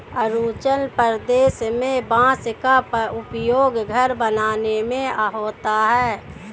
अरुणाचल प्रदेश में बांस का उपयोग घर बनाने में होता है